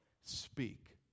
speak